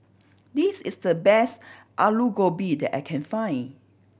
this is the best Alu Gobi that I can find